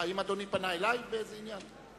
האם אדוני פנה אלי באיזה עניין?